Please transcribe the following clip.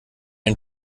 ein